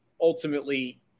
ultimately